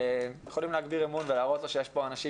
יכולים להגביר אמון ולהראות לציבור שיש פה אנשים